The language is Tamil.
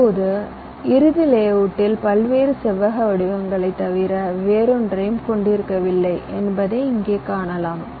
இப்போது இறுதி லேஅவுட்டில் பல்வேறு செவ்வக வடிவங்களைத் தவிர வேறொன்றையும் கொண்டிருக்கவில்லை என்பதை இங்கே காணலாம்